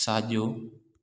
साजो॒